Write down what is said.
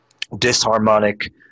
disharmonic